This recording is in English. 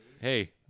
Hey